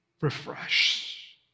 Refresh